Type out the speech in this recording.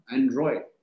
Android